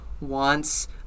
wants